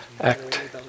act